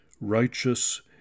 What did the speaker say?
righteous